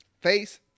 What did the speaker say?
Face